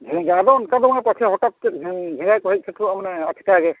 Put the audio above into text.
ᱚᱱᱠᱟ ᱫᱚ ᱵᱟᱝ ᱪᱟᱦᱮ ᱦᱚᱴᱟᱛ ᱵᱷᱮᱲᱟ ᱠᱚ ᱦᱮᱡ ᱥᱮᱴᱮᱨᱚᱜᱼᱟ ᱢᱟᱱᱮ ᱟᱪᱠᱟ ᱜᱮ